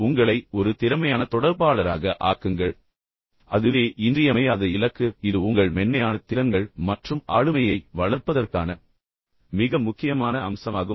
உங்களை ஒரு திறமையான தொடர்பாளராக ஆக்குங்கள் அதுவே இன்றியமையாத இலக்கு இது உங்கள் மென்மையான திறன்கள் மற்றும் ஆளுமையை வளர்ப்பதற்கான மிக முக்கியமான அம்சமாகும்